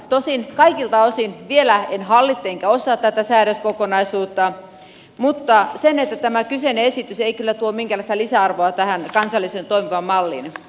tosin kaikilta osin vielä en hallitse enkä osaa tätä säädöskokonaisuutta mutta sen sanon että tämä kyseinen esitys ei kyllä tuo minkäänlaista lisäarvoa tähän kansalliseen toimivaan malliin